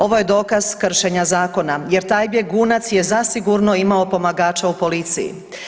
Ovo je dokaz kršenja zakona jer taj bjegunac je zasigurno imao pomagača u policiji.